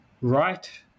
Right